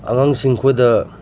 ꯑꯉꯥꯡꯁꯤꯡꯈꯣꯏꯗ